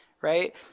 right